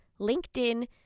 LinkedIn